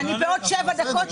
השאלות.